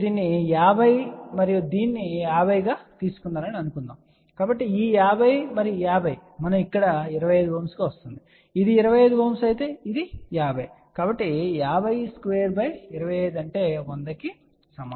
మీరు దీనిని 50 మరియు 50 గా తీసుకున్నారని అనుకుందాం కాబట్టి ఈ 50 మరియు 50 మనము ఇక్కడ 25Ω గా వస్తుంది మరియు ఇది 25 Ω అయితే ఇది 50 కాబట్టి 50225 100